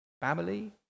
family